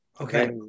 Okay